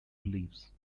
beliefs